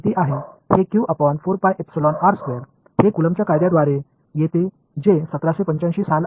இது 1785 ஆம் ஆண்டு கூலொம்பின் Coulomb'sவிதியிலிருந்து வருகிறது அந்த காலத்தில் மின்சாரம் மற்றும் காந்தவியல்